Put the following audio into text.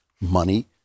money